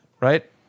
right